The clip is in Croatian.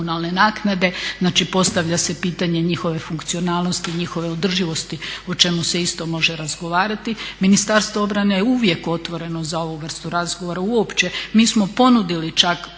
Znači postavlja se pitanje njihove funkcionalnosti i njihove održivosti o čemu se isto može razgovarati. Ministarstvo obrane je uvijek otvoreno za ovu vrstu razgovora, uopće mi smo ponudili čak